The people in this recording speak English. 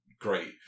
great